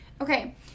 okay